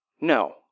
No